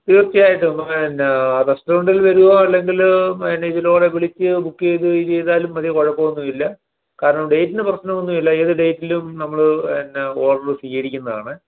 തീർച്ചയായിട്ടും പിന്നെ റസ്റ്റോറൻറ്റിൽ വരുവോ അല്ലെങ്കിൽ പിന്നെ ഇതിലൂടെ വിളിച്ച് ബുക്ക് ചെയ്ത് ചെയ്താലും മതി കുഴപ്പമൊന്നുമില്ല കാരണം ഡേയിറ്റിനു പ്രശ്നമൊന്നുമില്ല ഏത് ഡേയിറ്റിലും നമ്മൾ പിന്നെ ഓർഡറ് സ്വീകരിക്കുന്നതാണ്